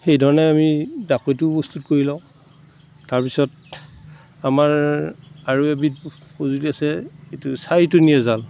সেইধৰণে আমি জাকৈটো প্ৰস্তুত কৰি লওঁ তাৰপিছত আমাৰ আৰু এবিধ সঁজুলি আছে সেইটো চাৰিটুনীয়া জাল